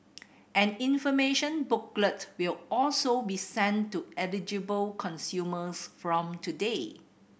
an information booklet will also be sent to eligible consumers from today